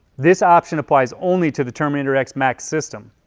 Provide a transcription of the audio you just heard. this option applies only to the terminator x max system.